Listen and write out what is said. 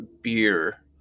beer